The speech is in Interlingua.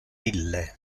ille